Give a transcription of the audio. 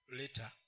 later